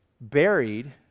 buried